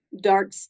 dark